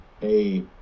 hey